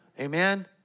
Amen